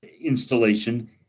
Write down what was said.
installation